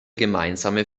gemeinsame